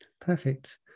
perfect